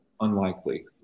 unlikely